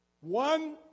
One